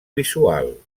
visual